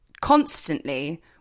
constantly